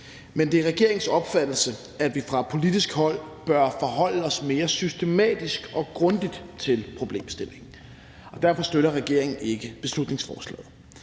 Men det er regeringens opfattelse, at vi fra politisk hold bør forholde os mere systematisk og grundigt til problemstillingen. Derfor støtter regeringen ikke beslutningsforslaget.